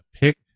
pick